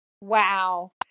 Wow